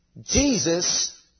Jesus